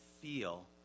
feel